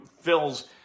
fills